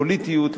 לפוליטיות,